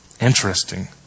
Interesting